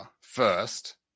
first